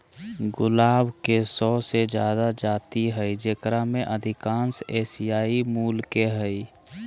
गुलाब के सो से जादा जाति हइ जेकरा में अधिकांश एशियाई मूल के हइ